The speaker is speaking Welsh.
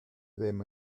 ddim